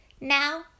Now